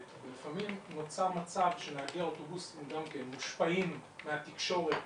שלפעמים נוצר מצב שנהגי האוטובוסים גם כן מושפעים מהתקשורת